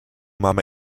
máme